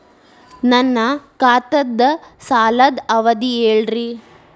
ನನ್ನ ಖಾತಾದ್ದ ಸಾಲದ್ ಅವಧಿ ಹೇಳ್ರಿ